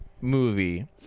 movie